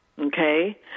okay